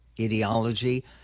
ideology